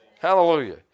Hallelujah